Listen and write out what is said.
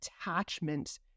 attachment